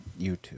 YouTube